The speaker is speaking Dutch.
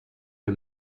een